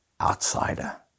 outsider